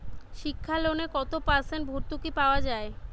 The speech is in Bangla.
শিক্ষা লোনে কত পার্সেন্ট ভূর্তুকি পাওয়া য়ায়?